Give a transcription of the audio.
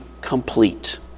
complete